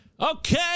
Okay